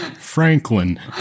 Franklin